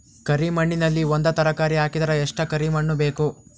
ಕರಿ ಮಣ್ಣಿನಲ್ಲಿ ಒಂದ ತರಕಾರಿ ಹಾಕಿದರ ಎಷ್ಟ ಕರಿ ಮಣ್ಣು ಬೇಕು?